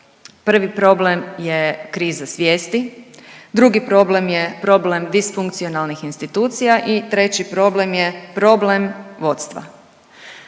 Prvi problem je kriza svijesti. Drugi problem je problem disfunkcionalnih institucija i treći problem je problem vodstva.